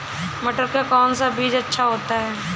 मटर का कौन सा बीज अच्छा होता हैं?